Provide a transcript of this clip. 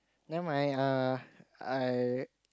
nevermind err I